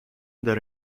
داره